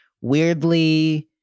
weirdly